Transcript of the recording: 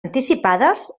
anticipades